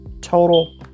total